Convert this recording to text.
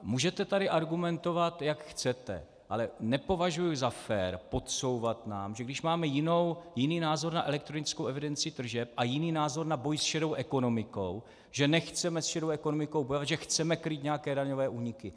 Můžete tady argumentovat, jak chcete, ale nepovažuji za fér podsouvat nám, že když máme jiný názor na elektronickou evidenci tržeb a jiný názor na boj s šedou ekonomikou, že nechceme s šedou ekonomikou bojovat, že chceme krýt nějaké daňové úniky.